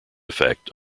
effect